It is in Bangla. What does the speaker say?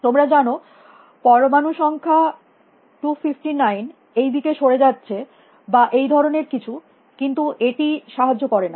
তোমরা জানো পরমাণু সংখ্যা 259 এই দিকে সরে যাচ্ছে বা এই ধরনের কিছু কিন্তু এটি সাহায্য করে না